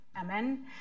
AMEN